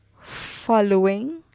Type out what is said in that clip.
following